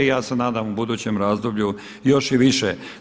I ja se nadam u budućem razdoblju još i više.